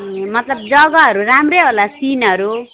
मतलब जग्गाहरू राम्रै होला सिनहरू